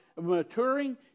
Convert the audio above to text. maturing